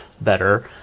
better